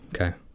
okay